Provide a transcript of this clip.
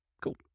Cool